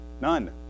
None